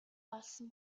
олсон